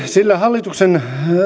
sillä hallituksen